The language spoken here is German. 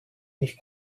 nicht